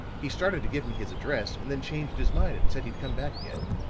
he started to give me his address, and then changed his mind and said he'd come back again.